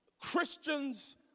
Christians